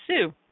Sue